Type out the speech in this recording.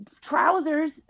trousers